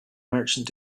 merchant